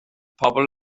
pobl